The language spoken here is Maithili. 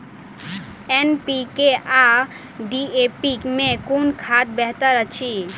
एन.पी.के आ डी.ए.पी मे कुन खाद बेहतर अछि?